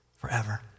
forever